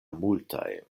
multaj